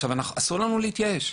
אסור לנו להתייאש.